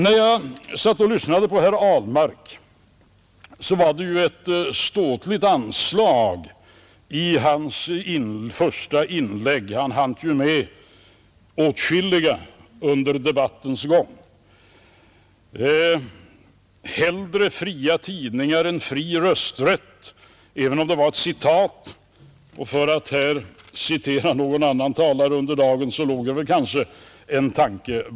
När jag satt och lyssnade på herr Ahlmark var det ett ståtligt anslag i hans första inlägg — han har ju hunnit med åtskilliga under debattens gång. ”Hellre fria tidningar än fri rösträtt” — även om det var ett citat så låg det kanske — för att citera en annan talare under dagen — en tanke bakom.